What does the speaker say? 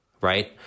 right